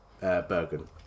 Bergen